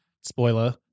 spoiler